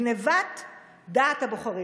גנבת דעת הבוחרים.